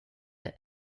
the